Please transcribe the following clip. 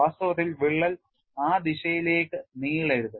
വാസ്തവത്തിൽ വിള്ളൽ ആ ദിശയിലേക്ക് നീളരുത്